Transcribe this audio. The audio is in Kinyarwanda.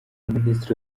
minisitiri